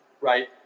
Right